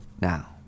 Now